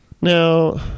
Now